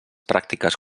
pràctiques